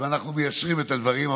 ואנחנו מיישרים את הדברים.